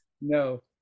No